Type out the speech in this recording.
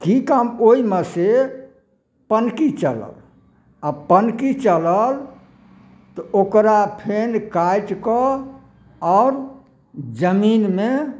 ई काम ओहिमे से पनकी चलल आ पनकी चलल तऽ ओकरा फेर काटिकऽ आओर जमीनमे